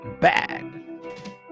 bad